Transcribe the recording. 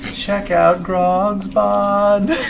check out grog's bod,